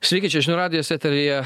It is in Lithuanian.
sveiki čia žinių radijas eteryje